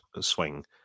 swing